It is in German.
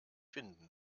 finden